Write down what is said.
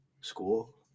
school